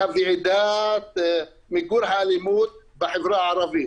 הייתה ועדה למיגור האלימות בחברה הערבית.